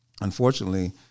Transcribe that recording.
unfortunately